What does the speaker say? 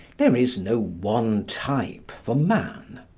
there is no one type for man.